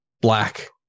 black